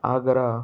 Agra